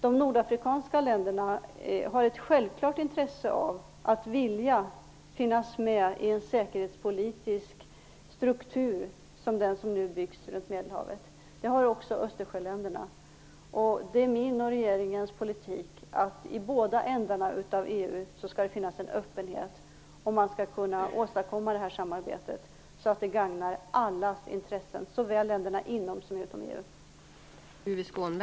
De nordafrikanska länderna har ett självklart intresse av att finnas med i en sådan säkerhetspolitisk struktur som nu byggs upp runt Medelhavet. Det har också Östersjöländerna. Det är min och regeringens polik att det i båda ändarna av EU skall finnas en öppenhet när det gäller hur man skall kunna åstadkomma det här samarbetet så att det gagnar allas intressen. Det gäller länderna såväl inom som utom